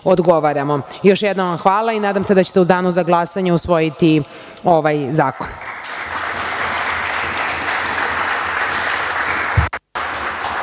odgovaramo. Još jednom hvala i nadam se da ćete u danu za glasanje usvojiti ovaj zakon.